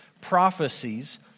prophecies